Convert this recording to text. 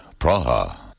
Praha